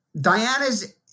Diana's